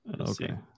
Okay